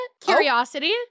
Curiosity